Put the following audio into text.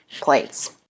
plates